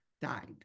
died